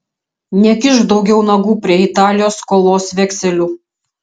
nekišk daugiau nagų prie italijos skolos vekselių